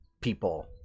people